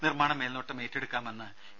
നിർമാണ മേൽനോട്ടം ഏറ്റെടുക്കാമെന്ന് ഇ